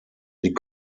sie